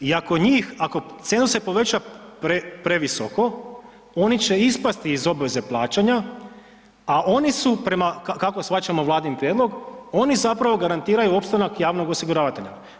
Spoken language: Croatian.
I ako njih, ako cenzus se poveća previsoko, oni će ispasti iz obveze plaćanja, a oni su prema, kako shvaćamo Vladin prijedlog, oni zapravo garantiraju opstanak javnog osiguravatelja.